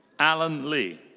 allen li.